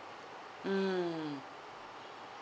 mm